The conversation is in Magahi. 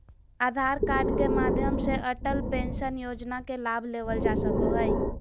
आधार कार्ड के माध्यम से अटल पेंशन योजना के लाभ लेवल जा सको हय